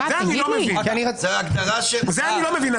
--- זה אני לא מבין.